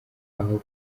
aho